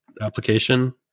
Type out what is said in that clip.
application